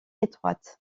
étroite